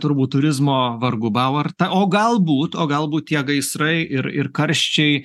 turbūt turizmo vargu bau ar ta o galbūt o galbūt tie gaisrai ir ir karščiai